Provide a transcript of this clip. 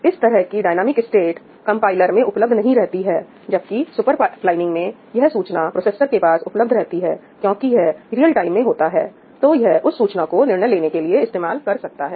इस तरह की डाइनेमिक स्टेट कंपाइलर में उपलब्ध नहीं रहती है जबकि सुपर पाइपलाइनिंग में यह सूचना प्रोसेसर के पास उपलब्ध रहती है क्योंकि यह रियल टाइम में होता है तो यह उस सूचना को निर्णय लेने के लिए इस्तेमाल कर सकता है